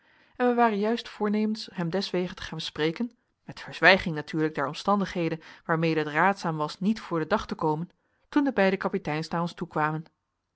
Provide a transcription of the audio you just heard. en wij waren juist voornemens hem deswege te gaan spreken met verzwijging natuurlijk der omstandigheden waarmede het raadzaam was niet voor den dag te komen toen de beide kapiteins naar ons toekwamen